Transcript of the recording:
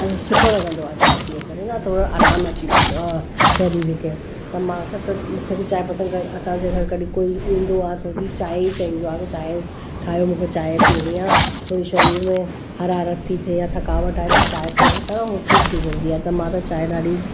अ सुठो लॻंदो आहे चांहि पी करे न थोरो आरामु अची वेंदो आहे शरीर खे त मां खां त मूंखे बि चांहि पसंदि क असांजे घर कॾहिं कोइ इंदो आहे हो बि चांहि ई चवंदो आहे त चांहि ठाहियो मूंखे चांहि पीअणी आहे थोरी शरीर में हरारत थी थिए या थकावट आहे त चांहि पीअण सां हो ठीकु थी वेंदी आहे त मां ॾाढी